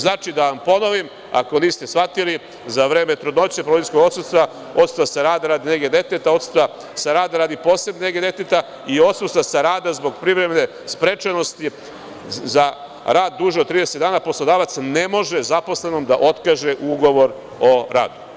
Znači, da vam ponovim, ako niste shvatili: „Za vreme trudnoće, porodiljskog odsustva, odsustva sa rada radi nege deteta, odsustva sa rada radi posebne nege deteta i odsustva sa rada zbog privremene sprečenosti za rad duže od 30 dana poslodavac ne može zaposlenom da otkaže ugovor o radu“